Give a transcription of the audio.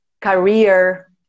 career